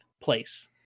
place